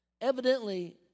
evidently